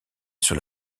sur